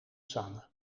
sanne